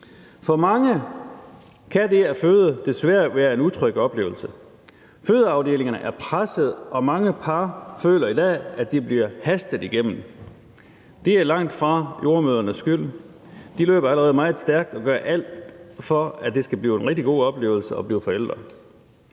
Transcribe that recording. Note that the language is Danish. For mange kan det at føde desværre være en utryg oplevelse. Fødeafdelingerne er presset, og mange par føler i dag, at de bliver hastet igennem. Det er langtfra jordemødrenes skyld. De løber allerede meget stærkt og gør alt for, at det skal blive en rigtig god oplevelse at blive forældre.